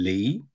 Lee